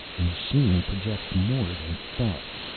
the machine project more than thoughts,